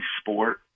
sport